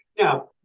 Now